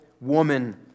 woman